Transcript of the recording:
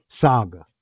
Saga